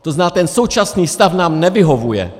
To znamená, současný stav nám nevyhovuje.